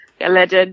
alleged